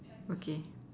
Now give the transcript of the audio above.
okay